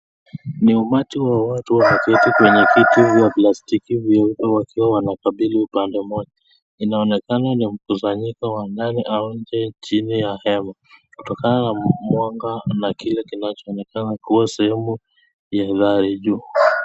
Ni umati wa watu wameketi kwenye viti vya plastiki vyeupe wakiwa wanakabili upande mmoja. Inaonekana ni mkusanyiko wa ndani au nje chini ya hema, kutokana na mwanga na kile kinachoonekana kuwa sehemu ya idhari juu.